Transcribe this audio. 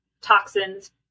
toxins